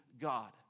God